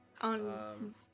On